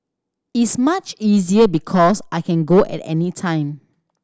is much easier because I can go at any time